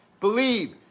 believe